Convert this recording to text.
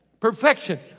Perfection